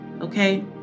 okay